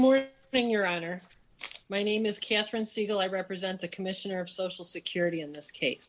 more thing your honor my name is katherine segal i represent the commissioner of social security in this case